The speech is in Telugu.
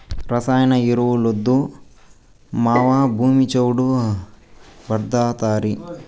రసాయన ఎరువులొద్దు మావా, భూమి చౌడు భార్డాతాది